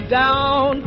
down